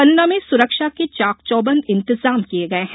पन्ना में सुरक्षा के चाकचौबंद इंतजाम किये गये हैं